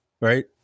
Right